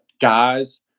guys –